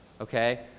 Okay